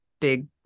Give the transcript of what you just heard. big